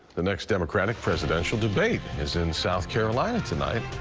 the next democratic presidential debate is in south carolina tonight,